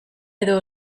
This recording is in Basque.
edo